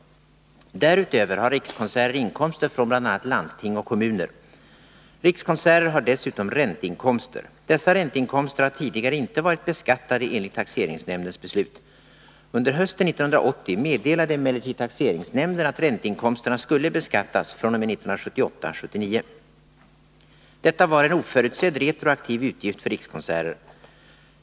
Därutöver har Rikskonserter inkomster från bl.a. landsting och kommuner. Rikskonserter har dessutom ränteinkomster. Dessa ränteinkomster har tidigare inte varit beskattade enligt taxeringsnämndens beslut. Under hösten 1980 meddelade emellertid taxeringsnämnden att ränteinkomsterna skulle beskattas fr.o.m. 1978/79. Detta var en oförutsedd retroaktiv utgift för Rikskonserter.